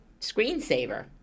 screensaver